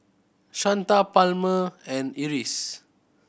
Shanta Palmer and Iris